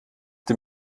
dem